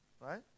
right